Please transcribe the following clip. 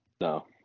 no